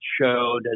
showed